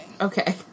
Okay